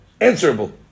answerable